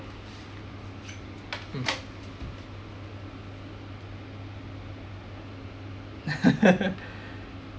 mm